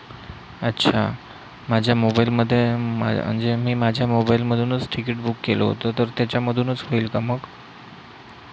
अच्छा माझ्या मोबाईलमध्ये मा म्हणजे मी माझ्या मोबाईलमधूनच तिकीट बुक केलं होतं तर त्याच्यामधूनच होईल का मग